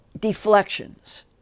deflections